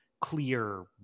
clear